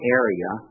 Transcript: area